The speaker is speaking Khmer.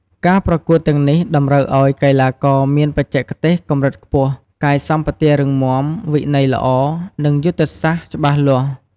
ការប្រកួតទាំងនេះតម្រូវឱ្យកីឡាករមានបច្ចេកទេសកម្រិតខ្ពស់ កាយសម្បទារឹងមាំ វិន័យល្អ និងយុទ្ធសាស្ត្រច្បាស់លាស់។